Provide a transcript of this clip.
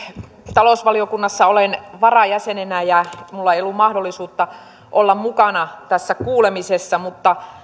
talousvaliokunnassa olen varajäsenenä ja minulla ei ollut mahdollisuutta olla mukana tässä kuulemisessa mutta